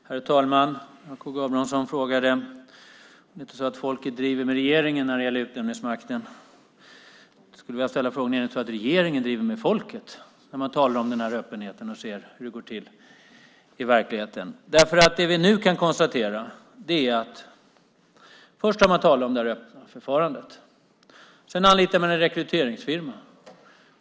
Herr talman! K G Ambramsson frågade om det inte är så att folket driver med regeringen när det gäller utnämningsmakten. Jag skulle vilja ställa frågan om det inte är så att regeringen driver med folket när man talar om öppenheten och vi ser hur det går till i verkligheten. Det vi nu kan konstatera är att man först har talat om det öppna förfarandet. Sedan anlitar man en rekryteringsfirma.